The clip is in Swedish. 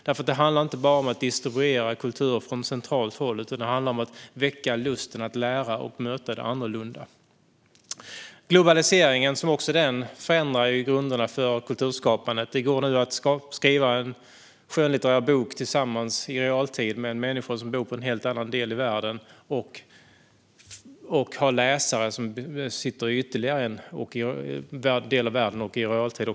Det handlar nämligen inte bara om att distribuera kultur från centralt håll utan också om att väcka lusten att lära och möta det annorlunda. Även globaliseringen förändrar grunderna för kulturskapandet. Det går nu att i realtid skriva en skönlitterär bok tillsammans med en människa som bor i en helt annan del av världen och att ha läsare som läser i realtid i ytterligare en annan del av världen.